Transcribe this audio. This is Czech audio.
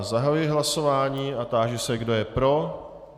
Zahajuji hlasování a táži se, kdo je pro.